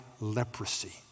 leprosy